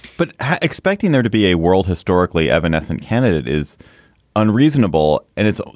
but expecting there to be a world historically evanescent candidate is unreasonable. and it's. um